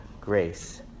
grace